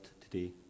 today